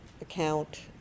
account